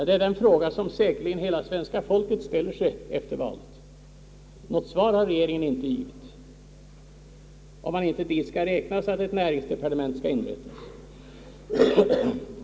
Det är en fråga som säkerligen hela svenska folket ställer sig efter valet. Något svar har regeringen inte givit, om man inte dit skall räkna påståendet att ett näringsdepartement skall inrättas.